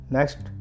Next